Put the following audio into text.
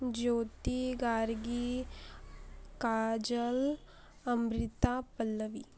Jyoti Gargi Kajal Amrita Pallavi